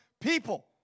People